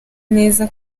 neza